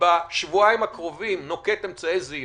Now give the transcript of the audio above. בשבועיים הקרובים הייתי נוהג אמצעי זהירות,